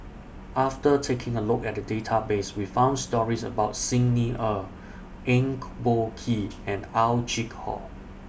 after taking A Look At The Database We found stories about Xi Ni Er Eng Boh Kee and Ow Chin Hock